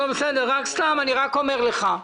בסדר, סתם אני רק אומר לך.